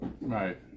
Right